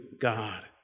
God